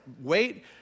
wait